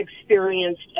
experienced